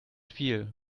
feel